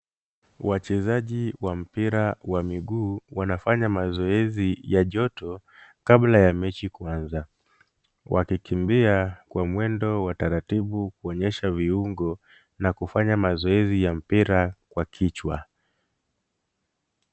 Wachezaji wa mpira wa miguu, wanafanya mazoezi ya joto kabla ya mechi kuanza, wakikimbia kwa mwendo wa taratibu kuonyesha viungo na kufanya mazoezi ya mpira kwa kichwa.